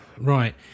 right